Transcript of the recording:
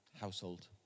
household